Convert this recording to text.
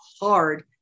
hard